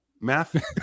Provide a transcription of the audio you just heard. math